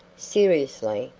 seriously,